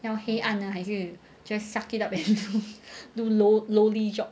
要黑暗呢还是 just suck it up and do low lowly job